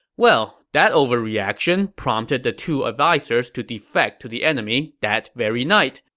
well, that overreaction prompted the two advisers to defect to the enemy that very night,